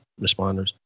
responders